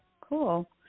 cool